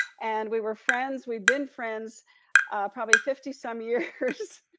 and we were friends, we've been friends probably fifty some years.